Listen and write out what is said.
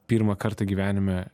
pirmą kartą gyvenime